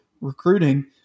recruiting